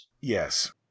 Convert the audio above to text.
Yes